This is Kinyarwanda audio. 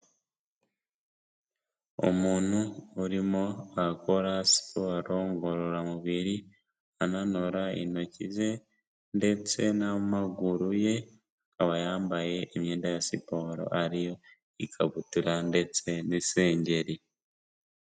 Umuntu urimo akora siporo ngororamubiri ananura intoki ze ndetse n'amaguru ye, akaba yambaye imyenda ya siporo, ari ikabutura ndetse n'isengeri.